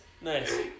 Nice